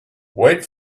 wait